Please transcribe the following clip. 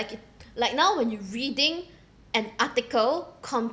like now when you're reading an article